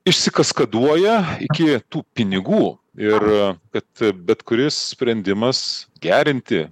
išsikaskaduoja iki tų pinigų ir kad bet kuris sprendimas gerinti